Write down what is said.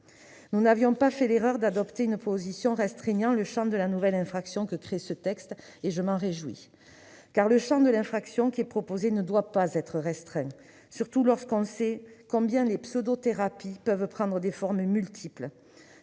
Nous n'avions pas fait l'erreur d'adopter une position restreignant le champ de la nouvelle infraction que crée ce texte. Je m'en réjouis, car le champ de l'infraction proposée ne doit pas être restreint, sachant surtout combien ces pseudo-thérapies peuvent prendre des formes multiples